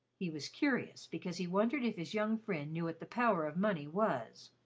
he was curious because he wondered if his young friend knew what the power of money was.